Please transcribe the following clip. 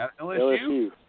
LSU